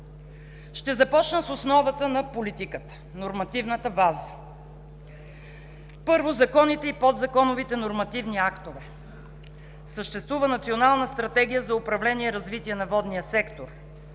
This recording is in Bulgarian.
Ще започна с основата на политиката – нормативната база. Първо, законите и подзаконовите нормативни актове. Съществува Национална стратегия за управление и развитие на водния сектор,